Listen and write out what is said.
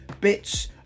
bits